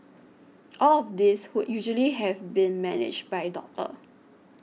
all of this would usually have been managed by doctor